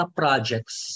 projects